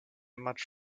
much